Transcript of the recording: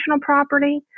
property